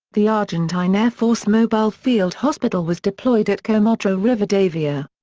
the argentine air force mobile field hospital was deployed at comodoro rivadavia.